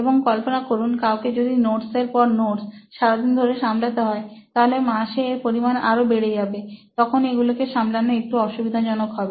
এবং কল্পনা করুন কাউকে যদি নোটস এর পর নোটস সারাদিন ধরে সামলাতে হয় তাহলে মাসে এর পরিমান আরো বেড়ে যাবে তখন এগুলিকে সামলানো একটু অসুবিধাজনক হবে